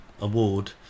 award